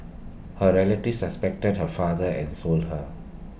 her relatives has suspected her father had sold her